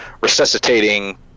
resuscitating